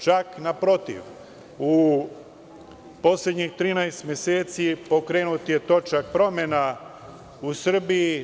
Čak naprotiv, u poslednjih 13 meseci pokrenut je točak promena u Srbiji.